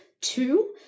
two